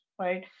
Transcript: right